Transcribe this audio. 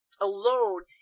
alone